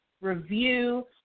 Review